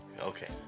Okay